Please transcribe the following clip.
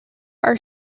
are